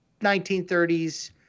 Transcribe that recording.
1930s